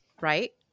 right